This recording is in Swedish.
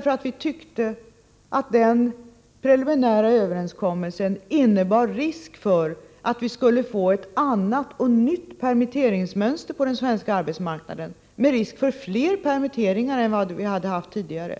För det första innebar den preliminära överenskommelsen en risk för att man på den svenska arbetsmarknaden skulle få ett annat och nytt permitteringsmönster, med risk för fler permitteringar än tidigare.